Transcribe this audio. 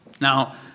Now